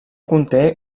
conté